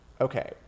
Okay